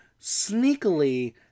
sneakily